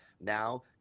Now